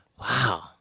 Wow